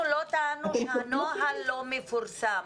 אנחנו לא טענו שהנוהל לא מפורסם.